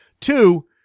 Two